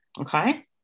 okay